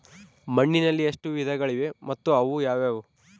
ಮಣ್ಣಿನಲ್ಲಿ ಎಷ್ಟು ವಿಧಗಳಿವೆ ಮತ್ತು ಅವು ಯಾವುವು?